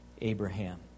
Abraham